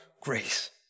grace